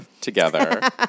together